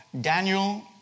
Daniel